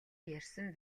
ярьсан